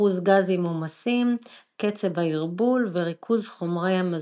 אחוזי גזים מומסים, קצב הערבול וריכוז חומרי מזון.